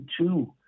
two